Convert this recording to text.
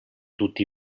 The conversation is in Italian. tutti